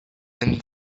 and